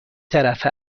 طرفه